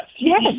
Yes